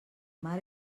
mar